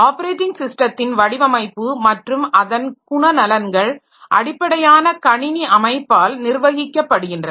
operating ஸிஸ்டத்தின் வடிவமைப்பு மற்றும் அதன் குணநலன்கள் அடிப்படையான கணினி அமைப்பால் நிர்வகிக்கப்படுகின்றன